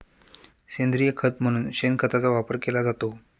सेंद्रिय खत म्हणून शेणखताचा वापर केला जातो